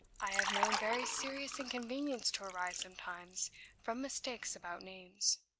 i have known very serious inconvenience to arise sometimes from mistakes about names.